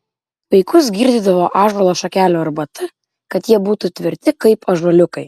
vaikus girdydavo ąžuolo šakelių arbata kad jie būtų tvirti kaip ąžuoliukai